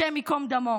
השם ייקום דמו,